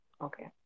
Okay